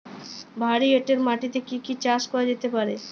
ভারী এঁটেল মাটিতে কি কি চাষ করা যেতে পারে?